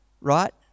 Right